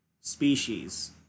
species